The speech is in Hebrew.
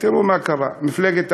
תראו מה קרה, מפלגת העבודה,